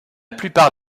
plupart